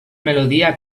melodia